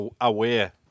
aware